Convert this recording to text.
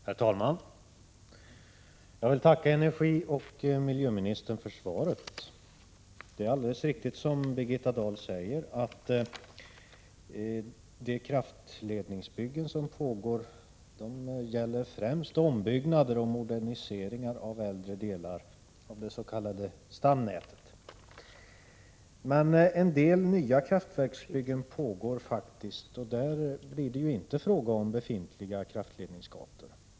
Herr talman! Jag vill tacka miljöoch energiministern för svaret. Det är alldeles riktigt som Birgitta Dahl säger, att de kraftledningsbyggen som pågår främst gäller ombyggnader och moderniseringar av äldre delar av dets.k. stamnätet. Men en del nya kraftverksbyggen pågår faktiskt, och där blir det ju inte fråga om befintliga kraftledningsgator.